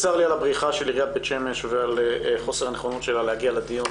צר לי על הבריחה של עיריית בית שמש ועל חוסר הנכונות שלה להגיע לדיון,